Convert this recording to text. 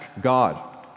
God